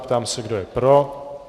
Ptám se, kdo je pro.